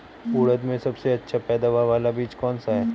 उड़द में सबसे अच्छा पैदावार वाला बीज कौन सा है?